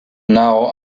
now